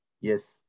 Yes